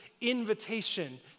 invitation